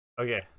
okay